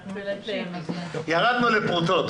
ירדנו לפרוטות.